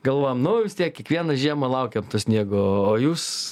galvojam nu vis tiek kiekvieną žiemą laukiam to sniego o jūs